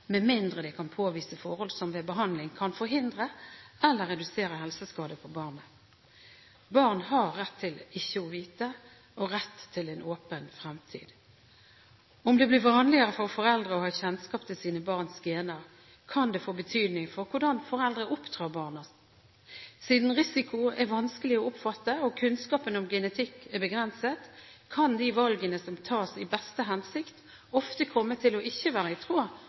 med mindre det kan påvise forhold som ved behandling kan forhindre eller redusere helseskade på barnet. Barn har rett til ikke å vite – og rett til en åpen fremtid. Om det blir vanligere for foreldre å ha kjennskap til sine barns gener, kan det få betydning for hvordan foreldre oppdrar barna. Siden risiko er vanskelig å oppfatte, og kunnskapen om genetikk er begrenset, kan de valgene som tas i beste hensikt, ofte komme til ikke å være i tråd